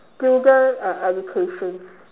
student and education